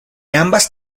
ambas